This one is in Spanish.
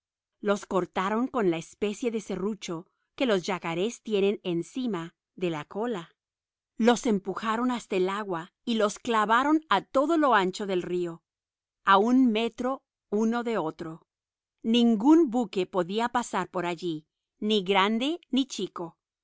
los cortaron con la especie de serrucho que los yacarés tienen encima de la cola los empujaron hasta el agua y los clavaron a todo lo ancho del río a un metro uno del otro ningún buque podía pasar por allí ni grande ni chico